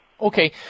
Okay